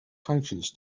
functions